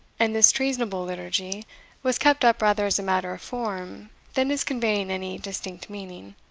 and this treasonable liturgy was kept up rather as a matter of form than as conveying any distinct meaning.